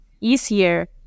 easier